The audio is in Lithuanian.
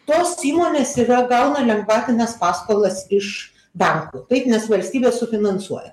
tos įmonės yra gauna lengvatines paskolas iš bankų taip nes valstybė sufinansuoja